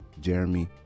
jeremy